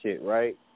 right